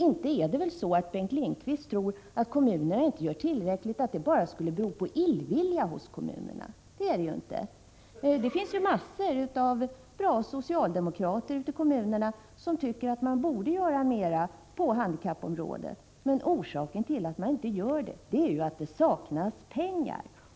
Inte tror väl Bengt Lindqvist att det faktum att kommunerna inte gör tillräckligt bara beror på illvilja från kommunernas sida! Det gör det ju inte. Det finns massor av bra socialdemokrater ute i kommunerna som tycker att man borde göra mer på handikappområdet — orsaken till att man inte gör det är att det saknas pengar.